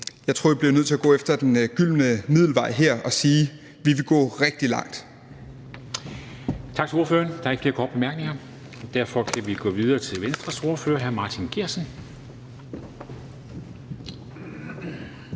Jeg tror, vi bliver nødt til at gå efter den gyldne middelvej her og sige, at vi vil gå rigtig langt.